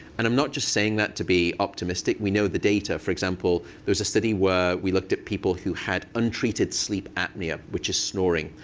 and i'm not just saying that to be optimistic. we know the data. for example, there's a study where we looked at people who had untreated sleep apnea, which is snoring.